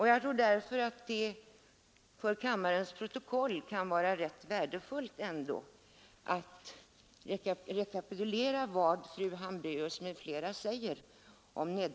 Jag tror därför att det för kammarens protokoll kan vara värdefullt att rekapitulera vad som har framkommit.